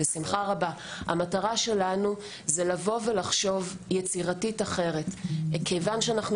המטרה שלנו זה לבוא ולחשוב יצירתית ואחרת כיוון שאנחנו